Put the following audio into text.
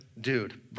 dude